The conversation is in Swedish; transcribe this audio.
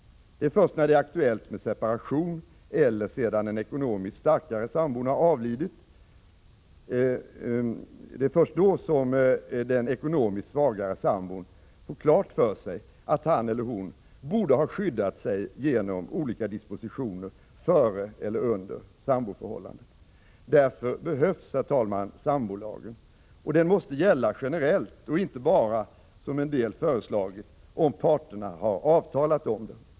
Först när det är aktuellt med separation, eller sedan den ekonomiskt starkare sambon har avlidit, får den ekonomiskt svagare sambon klart för sig att han eller hon borde ha skyddat sig genom olika dispositioner före eller under samboförhållandet. Herr talman! Därför behövs sambolagen! Och den måste gälla generellt och inte bara, som en del föreslagit, om parterna har avtalat om det.